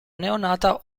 neonata